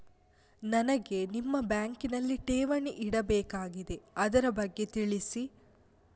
ನನಗೆ ನಿಮ್ಮ ಬ್ಯಾಂಕಿನಲ್ಲಿ ಠೇವಣಿ ಇಡಬೇಕಾಗಿದೆ, ಅದರ ಬಗ್ಗೆ ತಿಳಿಸಿ